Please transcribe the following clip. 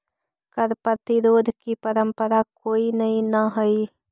कर प्रतिरोध की परंपरा कोई नई न हई